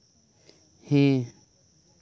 ᱦᱮᱸ